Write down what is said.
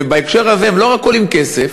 ובהקשר הזה הם לא רק עולים כסף,